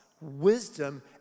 wisdom